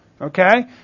Okay